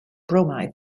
bromide